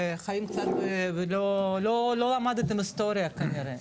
ולא למדתם היסטוריה כנראה,